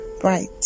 Bright